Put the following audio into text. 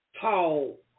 tall